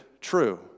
true